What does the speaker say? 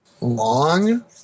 long